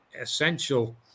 essential